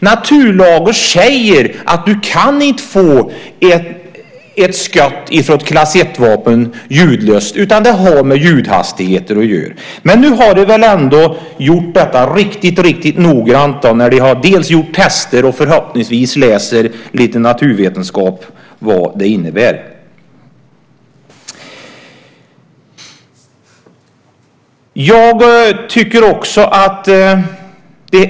Naturlagarna säger att du inte kan få ett ljudlöst skott från ett klass 1-vapen. Det har med ljudhastigheter att göra. Nu har man väl gjort det här noggrant, dels med hjälp av test, dels förhoppningsvis genom att man har läst lite naturvetenskap om vad det hela innebär.